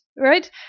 Right